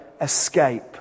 escape